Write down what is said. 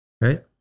right